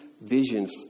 vision